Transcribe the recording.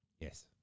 Yes